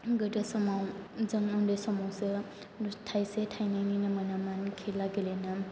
गोदो समाव जों उन्दै समावसो थाइसे थाइनैनिनो मोनोमोन खेला गेलेनो